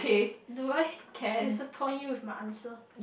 do I disappoint you with my answer